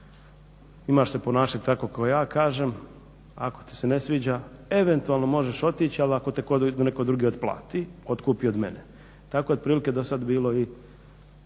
imaš se ponašati tako kako ja kažem. Ako ti se ne sviđa eventualno možeš otići, ali ako te netko drugi otplati, otkupi od mene. Tako je otprilike do sad bilo i